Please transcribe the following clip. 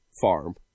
farm